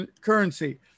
currency